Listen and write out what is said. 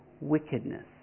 wickedness